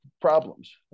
problems